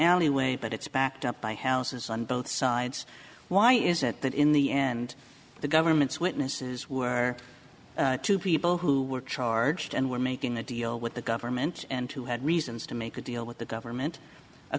alleyway but it's backed up by houses on both sides why is it that in the end the government's witnesses were two people who were charged and were making a deal with the government and who had reasons to make a deal with the government a